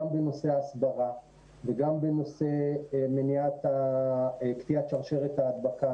בנושא ההסברה וגם בנושא קטיעת שרשרת ההדבקה.